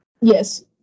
Yes